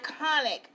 iconic